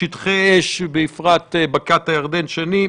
שטחי אש, בפרט בקעת הירדן שני.